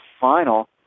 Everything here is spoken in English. final